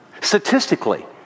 Statistically